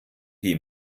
die